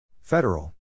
Federal